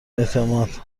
اعتماد